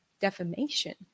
defamation